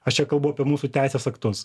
aš čia kalbu apie mūsų teisės aktus